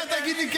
אתה תגיד לי?